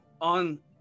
on